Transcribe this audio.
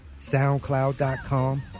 soundcloud.com